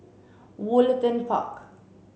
Woollerton Park